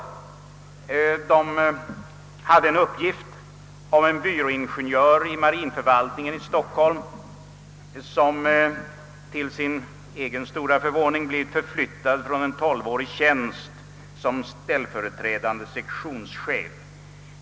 Tidningen hade en uppgift om en byråingenjör vid marinförvaltningen i Stockholm, som till sin egen stora förvåning blivit förflyttad från en 12-årig tjänst som ställföreträdande sektionschef.